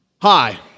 Hi